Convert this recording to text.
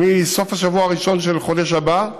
מסוף השבוע הראשון של החודש הבא,